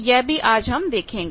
यह भी आज हम देखेंगे